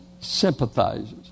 sympathizes